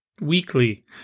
weekly